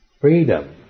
freedom